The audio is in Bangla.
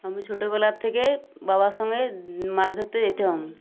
আমি ছোটোবেলার থেকে বাবার সঙ্গে মাছ ধরতে যেতে হবে